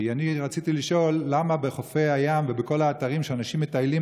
כי אני רציתי לשאול למה בחופי הים ובכל האתרים שאנשים מטיילים